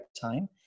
time